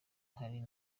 hari